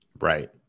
right